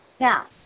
Now